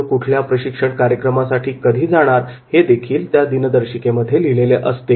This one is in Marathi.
कोण कुठल्या प्रशिक्षण कार्यक्रमासाठी कधी जाणार आहे हे देखील त्या दिनदर्शिकेमध्ये लिहिलेले असते